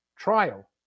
Trial